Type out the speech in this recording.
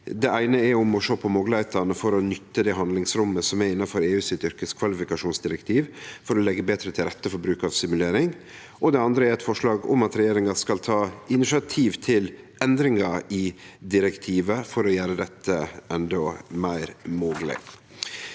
Det eine er om å sjå på moglegheitene for å nytte det handlingsrommet som er innanfor EUs yrkeskvalifikasjonsdirektiv for å leggje betre til rette for bruk av simulering. Det andre er eit forslag om at regjeringa skal ta initiativ til endringar i direktivet for å gjere dette mogleg